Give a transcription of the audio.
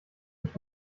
ich